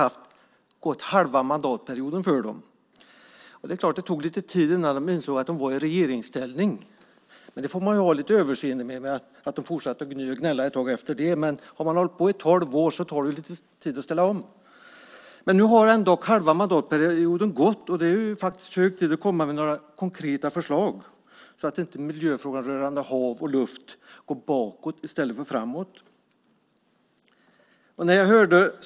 Det tog lite tid innan de insåg att de var i regeringsställning, så man får ha lite överseende med att de fortsatte att gny och gnälla ett tag efter det. Om man har hållit på i tolv år tar det lite tid att ställa om. Men nu har halva mandatperioden gått, och det är hög tid att komma med några konkreta förslag så att inte miljöfrågan rörande hav och luft går bakåt i stället för framåt.